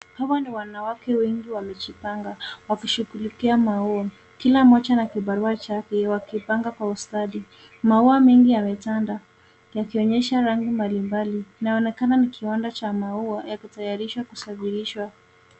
Hawa ni wanawake wengi wamejipanga wakishughulikia maua. Kila mmoja ana kibarua chake wakipanga kwa ustadi. Maua mengi yametanda yakionyesha rangi mbalimbali . Inaonekana ni kiwanda cha maua, yakitayarishwa kusafirishwa.